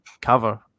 cover